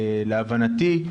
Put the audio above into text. להבנתי,